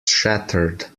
shattered